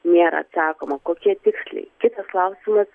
nėra atsakoma kokie tiksliai kitas klausimas